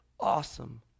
awesome